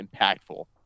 impactful